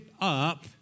up